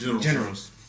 generals